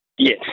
Yes